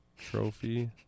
trophy